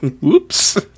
whoops